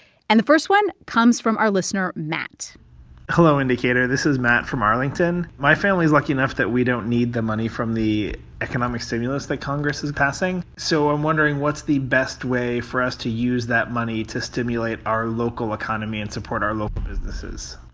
and the first one comes from our listener matt hello, indicator. this is matt from arlington. my family is lucky enough that we don't need the money from the economic stimulus that congress is passing. so i'm wondering, what's the best way for us to use that money to stimulate our local economy and support our local businesses?